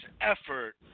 effort